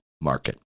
Market